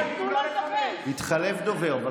התחלף דובר.